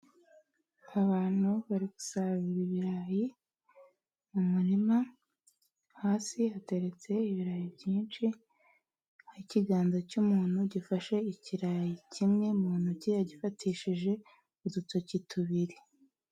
Abantu bari gusara ibirayi mu murima, hasi hateretse ibirayi byinshi, ikiganza cy'umuntu gifashe ikirayi kimwe mu ntoki agifatishije udutoki tubiri.